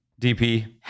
DP